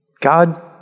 God